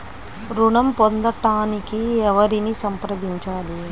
ఋణం పొందటానికి ఎవరిని సంప్రదించాలి?